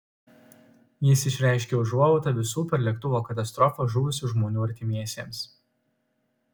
jis išreiškė užuojautą visų per lėktuvo katastrofą žuvusių žmonių artimiesiems